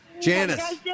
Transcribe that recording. Janice